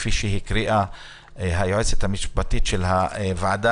כפי שהקריאה היועצת המשפטית של הוועדה.